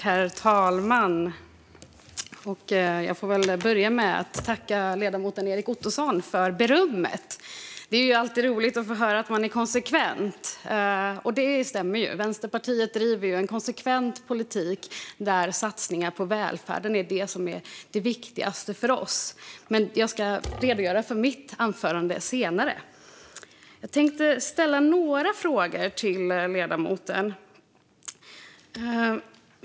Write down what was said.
Herr talman! Jag får väl börja med att tacka ledamoten Erik Ottoson för berömmet. Det är alltid roligt att få höra att man är konsekvent, och det stämmer ju. Vänsterpartiet driver en konsekvent politik där satsningar på välfärden är det viktigaste för oss. Men det ska jag redogöra för i mitt anförande senare. Jag tänkte ställa några frågor till ledamoten.